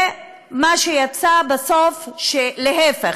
מה שיצא בסוף הוא להפך: